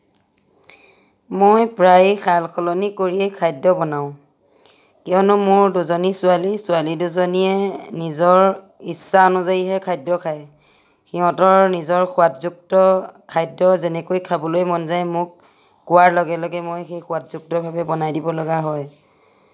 মই প্ৰায়ে সাল সলনি কৰিয়েই খাদ্য বনাওঁ কিয়নো মোৰ দুজনী ছোৱালী ছোৱালী দুজনীয়ে নিজৰ ইচ্ছা অনুযায়ী হে খাদ্য খায় সিহঁতৰ নিজৰ সোৱাদযুক্ত খাদ্য যেনেকৈ খাবলৈ মন যায় মোক কোৱাৰ লগে লগে সেই সোৱাদযুক্তভাৱে বনাই দিব লগা হয়